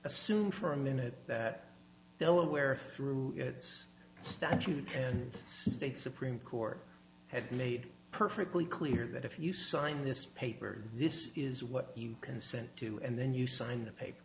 assume for a minute that delaware through its statute and state supreme court had made perfectly clear that if you sign this paper this is what you consent to and then you sign the paper